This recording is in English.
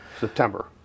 September